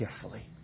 carefully